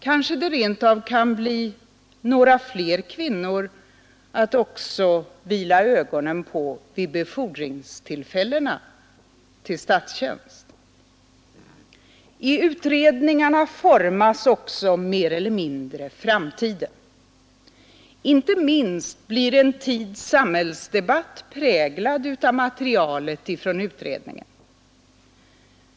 Kanske det rent av kan bli några fler kvinnor att vila ögonen på vid befordringstillfällena till statstjänst? I utredningarna formas också mer eller mindre framtiden. Inte minst blir en tids samhällsdebatt präglad av materialet från utredningen.